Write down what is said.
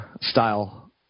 style